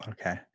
Okay